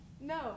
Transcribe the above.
No